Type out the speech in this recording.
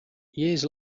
years